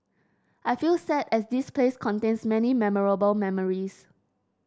I feel sad as this place contains many memorable memories